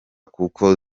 kuko